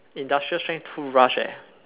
industrial strength toothbrush eh